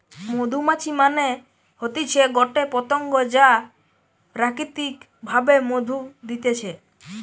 মধুমাছি মানে হতিছে গটে পতঙ্গ যা প্রাকৃতিক ভাবে মধু দিতেছে